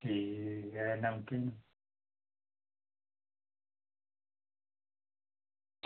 ठीक ऐ